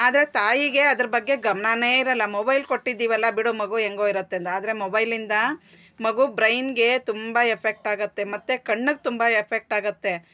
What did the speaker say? ಆದ್ರೆ ತಾಯಿಗೆ ಅದ್ರ ಬಗ್ಗೆ ಗಮ್ನವೇ ಇರೋಲ್ಲ ಮೊಬೈಲ್ ಕೊಟ್ಟಿದಿವಲ್ಲ ಬಿಡು ಮಗು ಹೆಂಗೋ ಇರುತ್ತೆ ಅಂತ ಆದರೆ ಮೊಬೈಲಿಂದ ಮಗು ಬ್ರೈನ್ಗೆ ತುಂಬಾ ಎಫೆಕ್ಟ್ ಆಗುತ್ತೆ ಮತ್ತೆ ಕಣ್ಣಿಗೆ ತುಂಬ ಎಫೆಕ್ಟ್ ಆಗುತ್ತೆ